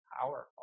powerful